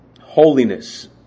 holiness